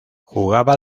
jugaba